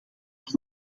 aan